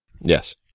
Yes